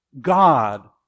God